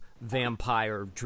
vampire